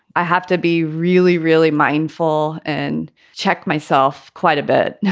i have to be really, really mindful and check myself quite a bit.